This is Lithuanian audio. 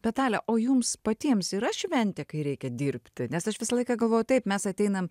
bet dalia o jums patiems yra šventė kai reikia dirbti nes aš visą laiką galvoju taip mes ateinam